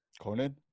Conan